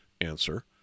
answer